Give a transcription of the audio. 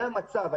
זה המצב.